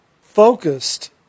focused